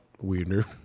weirder